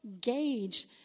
gauge